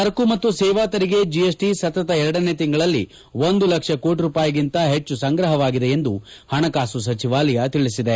ಸರಕು ಮತ್ತು ಸೇವಾ ತೆರಿಗೆ ಜಿಎಸ್ಟಿ ಸತತ ಎರಡನೇ ತಿಂಗಳಲ್ಲಿ ಒಂದು ಲಕ್ಷ ಕೋಟಿ ರೂಪಾಯಿಗಿಂತ ಹೆಚ್ಚು ಸಂಗ್ರಹವಾಗಿದೆ ಎಂದು ಹಣಕಾಸು ಸಚಿವಾಲಯ ತಿಳಿಸಿದೆ